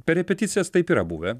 per repeticijas taip yra buvę